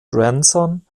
grandson